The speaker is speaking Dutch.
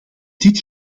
dit